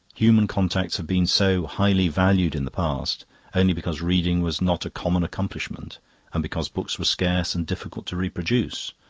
human contacts have been so highly valued in the past only because reading was not a common accomplishment and because books were scarce and difficult to reproduce.